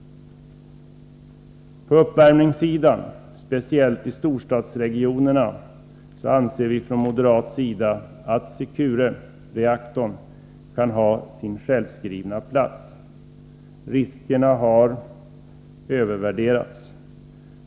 På uppvärmningssidan, speciellt i storstadsregionerna, anser vi från moderat sida att Securereaktorn kan ha sin självskrivna plats. Riskerna har övervärderats.